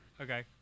Okay